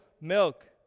milk